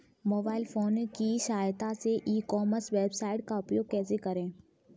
Mobile phone की सहायता से ई कॉमर्स वेबसाइट का उपयोग कैसे करें?